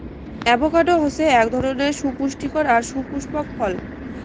avocado হসে আক ধরণের সুপুস্টিকর আর সুপুস্পক ফল